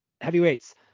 heavyweights